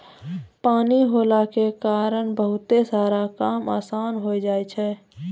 पानी होला के कारण बहुते सारा काम आसान होय जाय छै